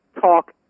talk